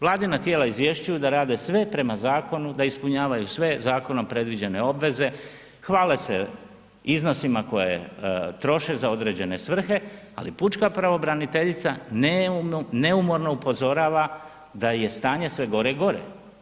Vladina tijela izvješćuju da rade sve prema zakonu, da ispunjavaju sve zakonom predviđene obveze, hvale se iznosima koje troše za određene svrhe, ali pučka pravobraniteljica neumorno upozorava da je stanje sve gore i gore.